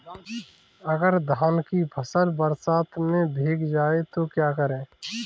अगर धान की फसल बरसात में भीग जाए तो क्या करें?